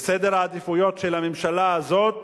וסדר העדיפויות של הממשלה הזאת,